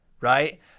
Right